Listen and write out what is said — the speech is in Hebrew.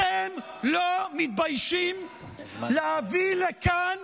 אתם לא מתביישים להביא לכאן